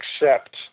accept